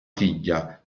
figlia